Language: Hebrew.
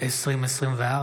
התשפ"ה